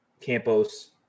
Campos